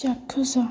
ଚାକ୍ଷୁଷ